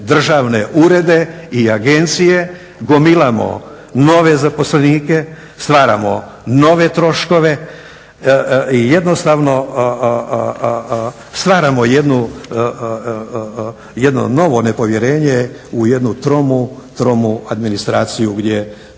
državne urede i agencije, gomilamo nove zaposlenike, stvaramo nove troškove i jednostavno stvaramo jedno novo nepovjerenje u jednu tromu administraciju gdje stvari